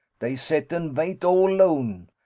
dey set and vait all lone.